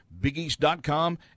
BigEast.com